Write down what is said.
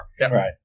Right